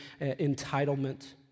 entitlement